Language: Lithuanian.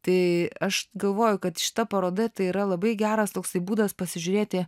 tai aš galvoju kad šita paroda tai yra labai geras toksai būdas pasižiūrėti